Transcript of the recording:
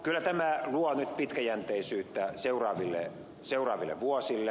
kyllä tämä luo nyt pitkäjänteisyyttä seuraaville vuosille